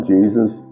Jesus